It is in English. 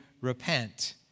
repent